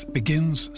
begins